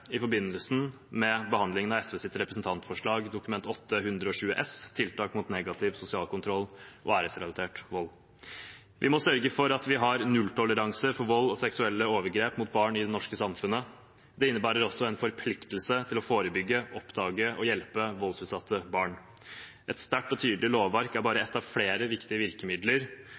i forbindelse med behandlingen av SVs representantforslag, Dokument 8:120 S, om tiltak mot negativ sosial kontroll og æresrelatert vold. Vi må sørge for at vi har nulltoleranse for vold og seksuelle overgrep mot barn i det norske samfunnet. Det innebærer også en forpliktelse til å forebygge, oppdage og hjelpe voldsutsatte barn. Et sterkt og tydelig lovverk er bare ett av flere viktige virkemidler